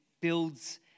builds